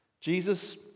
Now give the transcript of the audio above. Jesus